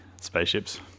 spaceships